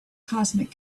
cosmic